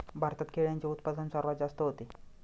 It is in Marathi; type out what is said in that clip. भारतात केळ्यांचे उत्पादन सर्वात जास्त होते